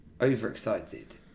overexcited